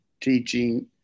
teaching